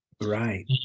Right